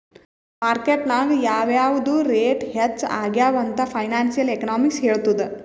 market ನಾಗ್ ಯಾವ್ ಯಾವ್ದು ರೇಟ್ ಹೆಚ್ಚ ಆಗ್ಯವ ಅಂತ್ ಫೈನಾನ್ಸಿಯಲ್ ಎಕನಾಮಿಕ್ಸ್ ಹೆಳ್ತುದ್